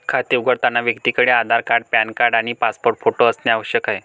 खाते उघडताना व्यक्तीकडे आधार कार्ड, पॅन कार्ड आणि पासपोर्ट फोटो असणे आवश्यक आहे